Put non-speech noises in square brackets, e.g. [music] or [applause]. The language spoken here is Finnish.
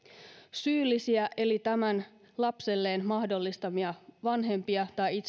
syyllisiä eli tämän lapselleen mahdollistavia vanhempia tai [unintelligible]